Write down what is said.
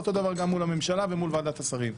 אותו דבר גם מול הממשלה ומול ועדת השרים.